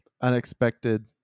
unexpected